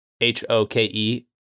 H-O-K-E